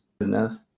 enough